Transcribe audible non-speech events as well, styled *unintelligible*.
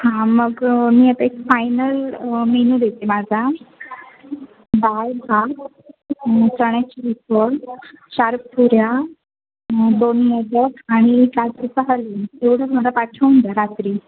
हां मग मी आता एक फायनल मेनू देते माझा दाळ भात चण्याची उसळ चार पुऱ्या दोन मोदक आणि चार *unintelligible* एवढंच मला पाठवून द्या रात्री